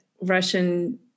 Russian